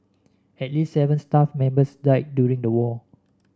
at least seven staff members died during the war